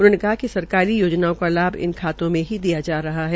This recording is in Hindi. उन्होंने कहा कि सरकारी योजनाओं का लाभ इन खातों में ही दिया जा रहा है